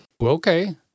Okay